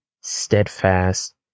steadfast